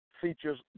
features